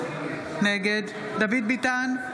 נגד דוד ביטן,